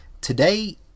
Today